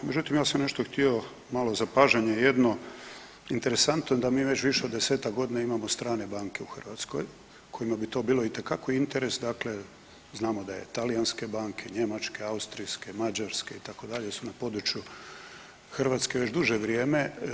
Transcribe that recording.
Međutim ja sam nešto htio, malo zapažanje jedno, interesantno je da mi već više od desetak godina imamo strane banke u Hrvatskoj kojima bi to bilo i te kako interes dakle, znamo da je talijanske banke, njemačke, austrijske, mađarske i tako dalje, su na području Hrvatske već duže vrijeme.